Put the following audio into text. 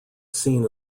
seen